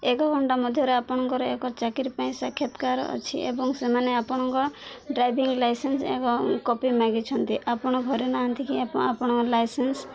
ଏ ଘଣ୍ଟା ମଧ୍ୟରେ ଆପଣଙ୍କର ଏକ ଚାକିରି ପାଇଁ ସାକ୍ଷାାତକାର ଅଛି ଏବଂ ସେମାନେ ଆପଣଙ୍କ ଡ୍ରାଇଭିଂ ଲାଇସେନ୍ସ ଏବଂ କପି ମାଗିଛନ୍ତି ଆପଣ ଘରେ ନାହାନ୍ତି କି ଆପଣ ଆପଣଙ୍କ ଲାଇସେନ୍ସ